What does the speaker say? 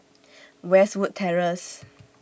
Westwood Terrace